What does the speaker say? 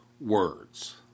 words